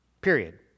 Period